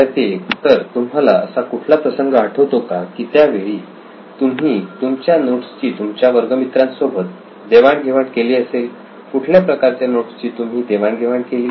विद्यार्थी 1 तर तुम्हाला असा कुठला प्रसंग आठवतो का की त्यावेळी तुम्ही तुमच्या नोट्सची तुमच्या वर्ग मित्रांसोबत देवाण घेवाण केली असेल कुठल्या प्रकारच्या नोट्स ची तुम्ही देवाण घेवाण केली